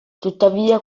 tuttavia